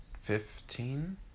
Fifteen